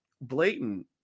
blatant